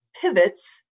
pivots